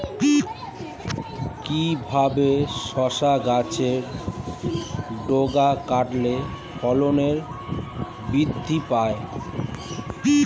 কিভাবে শসা গাছের ডগা কাটলে ফলন বৃদ্ধি পায়?